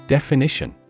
Definition